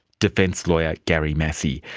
defence lawyer gary massey.